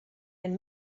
and